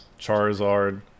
Charizard